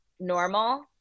normal